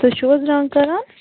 تُہۍ چھُو حظ رنٛگ کَران